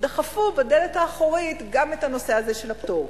דחפו בדלת האחורית גם את הנושא הזה של הפטור.